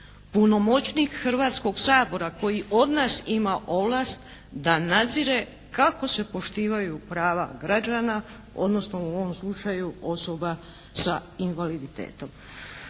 punomoćnih Hrvatskog sabora koji od nas ima ovlast da nadzire kako se poštivaju prava građana, odnosno u ovom slučaju osoba sa invaliditetom.